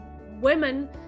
women